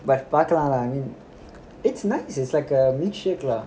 but பார்க்கலாம் வாங்கு:paarkalam vaangu I mean it's nice it's like a milkshake lah